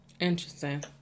Interesting